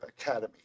academy